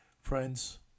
friends